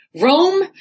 Rome